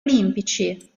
olimpici